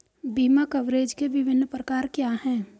बीमा कवरेज के विभिन्न प्रकार क्या हैं?